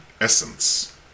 essence